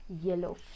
yellow